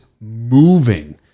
moving